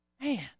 Man